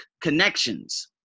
connections